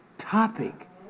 topic